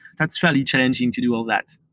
that's fairly challenging to do all that.